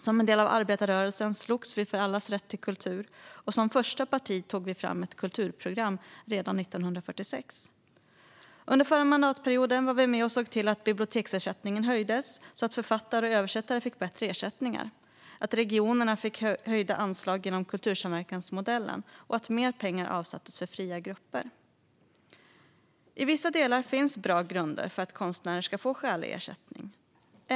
Som en del av arbetarrörelsen slogs vi för allas rätt till kultur, och som första parti tog vi fram ett kulturprogram redan 1946. Under förra mandatperioden var vi med och såg till att biblioteksersättningen höjdes så att författare och översättare fick bättre ersättningar, att regionerna fick höjda anslag genom kultursamverkansmodellen och att mer pengar avsattes för fria grupper. I vissa delar finns bra grunder för att konstnärer ska få skälig ersättning.